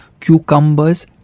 cucumbers